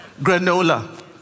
Granola